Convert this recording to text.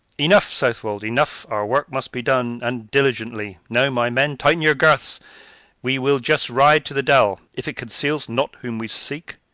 enough, southwold, enough our work must be done, and diligently. now, my men, tighten your girths we will just ride to the dell if it conceals not whom we seek,